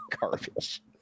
garbage